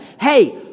hey